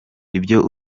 ibyo